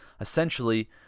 essentially